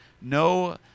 no